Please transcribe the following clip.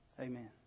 amen